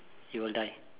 you'll die